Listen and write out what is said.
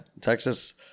Texas